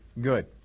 good